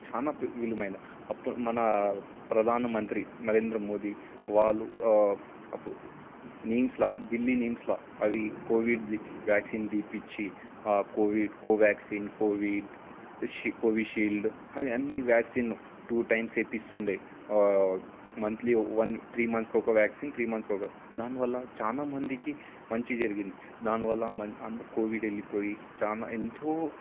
చాలా విలువైన అప్పుడు మన ప్రధాన మంత్రి నరేంద్ర మోదీ వాళ్ళు నీమ్స్లో ఢిల్లీ నీమ్స్లో అవి కోవిడ్ది వ్యాక్సిన్ ఇప్పించి కోవిడ్ కోవ్యాక్సిన్ కోవిడ్ కోవిషీల్డ్ అవి అన్ని వ్యాక్సిన్ టు టైమ్స్ వేయిస్తుండేది మంత్లీ వన్ త్రీ మంత్స్కి ఒక వ్యాక్సిన్ త్రీ మంత్స్కి ఒక దానివల్ల చాలా మందికి మంచి జరిగింది దానివల్ల అంతా కోవిడ్ వెళ్ళిపోయి చాలా ఎంతో